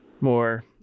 more